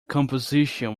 composition